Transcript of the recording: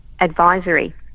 Advisory